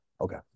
okay